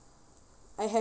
I have